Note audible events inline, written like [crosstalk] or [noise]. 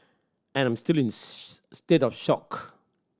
I am still in [unintelligible] state of shock